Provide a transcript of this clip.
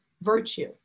virtue